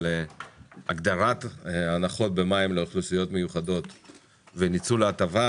הגדרת הנחות במים לאוכלוסיות מיוחדות וניצול ההטבה,